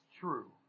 true